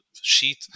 sheet